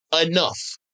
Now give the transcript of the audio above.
enough